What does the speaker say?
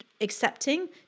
accepting